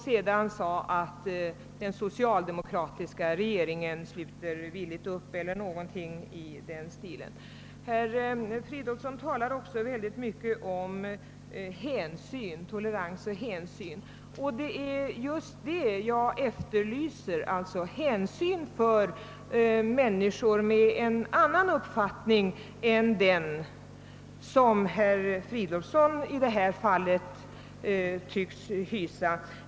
Sedan sade han att socialdemokratiska regeringen villigt sluter upp bakom motionärerna eller någonting i den stilen, med en negativ syftning. Herr Fridolfsson talar också väldigt mycket om tolerans och hänsyn. Det är just det jag efterlyser. Jag vill att man skall visa hänsyn till människor med en annan uppfattning än den som herr Fridolfsson i detta fall tycks hysa.